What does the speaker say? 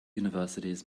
universities